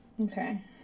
Okay